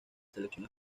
selección